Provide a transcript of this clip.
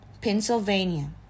Pennsylvania